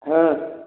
हाँ